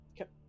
Okay